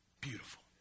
beautiful